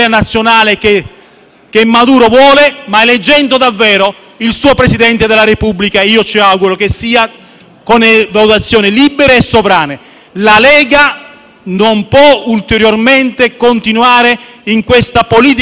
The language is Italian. vuole Maduro, bensì eleggendo davvero il suo Presidente della Repubblica e io mi auguro che ciò avvenga con votazioni libere e sovrane. La Lega non può ulteriormente continuare in questa politica del doppio forno.